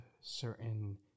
certain